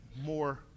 more